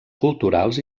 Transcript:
culturals